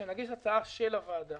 שנגיש הצעה של הוועדה